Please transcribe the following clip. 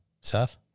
Seth